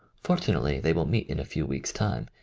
fortunately they will meet in a few weeks' time,